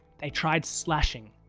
they tried slashing,